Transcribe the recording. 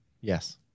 Yes